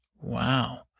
Wow